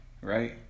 Right